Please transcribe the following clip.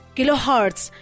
Kilohertz